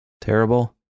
Terrible